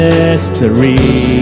mystery